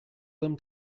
them